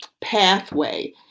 pathway